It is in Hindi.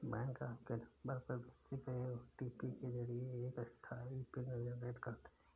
बैंक आपके नंबर पर भेजे गए ओ.टी.पी के जरिए एक अस्थायी पिन जनरेट करते हैं